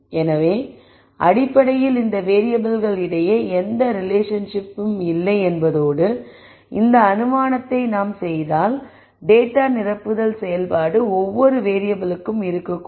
எனவே அடிப்படையில் இந்த வேறியபிள்கள் இடையே எந்த ரிலேஷன்ஷிப் இல்லை என்பதோடு இந்த அனுமானத்தை நாங்கள் செய்தால் டேட்டா நிரப்புதல் செயல்பாடு ஒவ்வொரு வேறியபிளுக்கும் இருக்கக்கூடும்